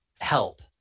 help